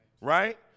right